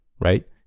right